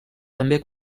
també